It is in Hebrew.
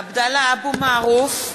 עבדאללה אבו מערוף,